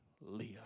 Leah